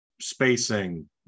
spacing